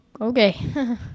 okay